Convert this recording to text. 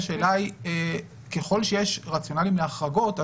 השאלה היא ככל שיש רציונלים להחרגות,